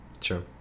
Sure